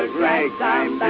ragtime